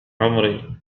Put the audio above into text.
عمري